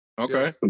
okay